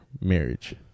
marriage